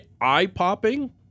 eye-popping